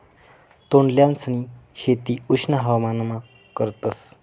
तोंडल्यांसनी शेती उष्ण हवामानमा करतस